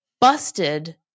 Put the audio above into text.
busted